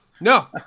No